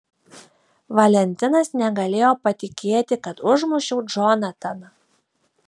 valentinas negalėjo patikėti kad užmušiau džonataną